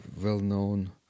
well-known